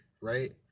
right